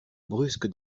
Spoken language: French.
brusque